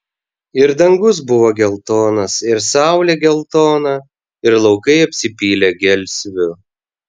ir dangus buvo geltonas ir saulė geltona ir laukai apsipylė gelsviu